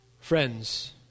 Friends